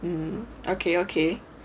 um okay okay